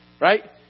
right